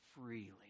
freely